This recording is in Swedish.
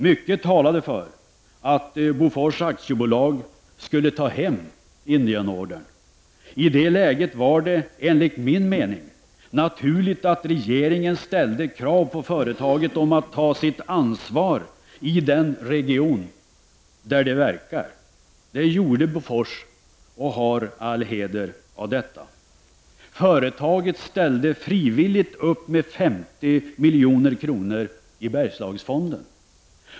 Mycket talade för att Bofors AB skulle ta hem Indienordern. I det läget var det enligt min mening naturligt att regeringen ställde krav på företaget att ta sitt ansvar i den region där det verkar. Det gjorde Bofors, och Bofors har all heder av detta. Företaget ställde frivilligt upp med 50 milj.kr. till Bergslagsfonden.